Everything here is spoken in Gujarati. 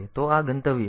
તો આ ગંતવ્ય છે